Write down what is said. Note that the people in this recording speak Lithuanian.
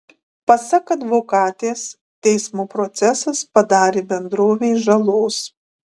pasak advokatės teismo procesas padarė bendrovei žalos